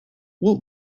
what